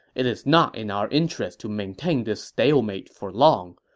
it is not in our interest to maintain this stalemate for long.